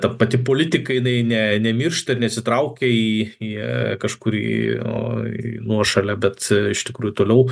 ta pati politika jinai ne nemiršta nesitraukia į į kažkur į į nuošalę bet iš tikrųjų toliau